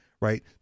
right